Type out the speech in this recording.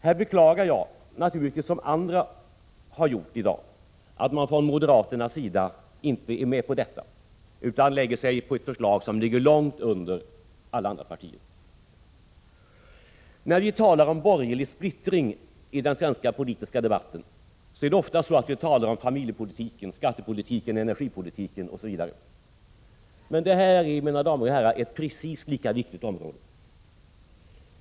Här beklagar jag naturligtvis, som andra har gjort i dag, att moderaterna inte är med på detta utan lägger sig på ett förslag långt under alla andra partiers. När vi talar om borgerlig splittring i den svenska politiska debatten gäller det ofta familjepolitik, skattepolitik, energipolitik osv., men det här, mina damer och herrar, är ett precis lika viktigt område.